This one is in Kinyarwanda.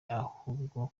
ahubwo